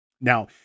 Now